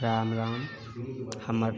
राम राम हमर